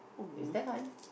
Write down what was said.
is that fun